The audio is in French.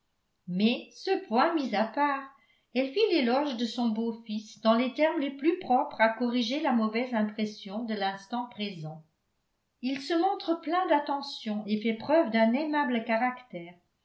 mais ce point mis à part elle fit l'éloge de son beau-fils dans les termes les plus propres à corriger la mauvaise impression de l'instant présent il se montre plein d'attentions et fait preuve d'un aimable caractère